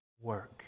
work